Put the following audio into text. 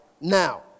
now